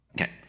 Okay